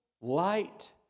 light